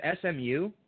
SMU